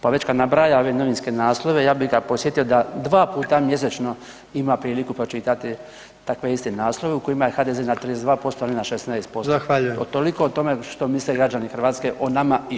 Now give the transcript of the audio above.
Pa već kad nabraja ove novinske naslove ja bi ga posjetio da dva puta mjesečno ima priliku pročitati takve iste naslove u kojima je HDZ na 32%, a oni na 16% … [[Govornik se ne razumije]] [[Upadica: Zahvaljujem]] Toliko o tome što misle građani Hrvatske o nama i o njima.